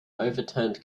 overturned